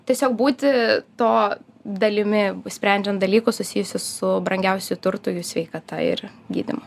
tiesiog būti to dalimi sprendžiant dalykus susijusius su brangiausiu turtu jų sveikata ir gydymu